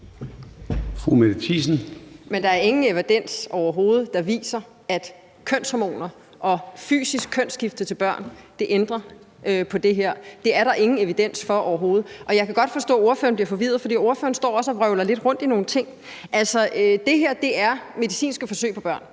Men der er overhovedet ingen evidens for, at kønshormoner og fysisk kønsskifte til børn ændrer på det her. Det er der ingen evidens for, overhovedet. Og jeg kan godt forstå, at ordføreren bliver forvirret, for ordføreren står også og roder lidt rundt i nogle ting. Det her er medicinske forsøg på børn.